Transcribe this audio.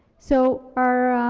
so our,